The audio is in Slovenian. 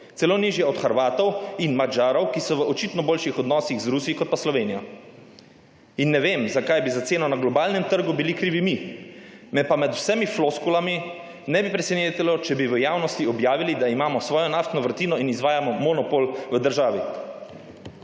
celo nižjo od Hrvatov in Madžarov, ki so v očitno boljših odnosih z Rusi, kot pa je Slovenija. In ne vem, zakaj bi za ceno na globalnem trg bili krivi mi. Me pa med vsemi floskulami ne bi presenetilo, če bi v javnosti objavili, da imamo svojo naftno vrtino in izvajamo monopol v državi.